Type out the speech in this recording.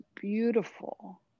beautiful